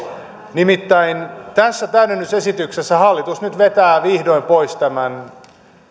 nimittäin tässä täydennysesityksessä hallitus nyt vetää vihdoin pois tämän